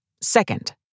Second